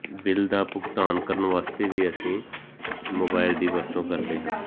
bill ਦਾ ਭੁਗਤਾਨ ਕਰਨ ਵਾਸਤੇ ਵੀ ਅਸੀਂ ਮੋਬਾਈਲ ਦੀ ਵਰਤੋਂ ਕਰਦੇ ਹਾਂ